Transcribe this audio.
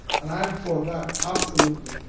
and i'm for that absolutely.